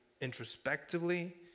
introspectively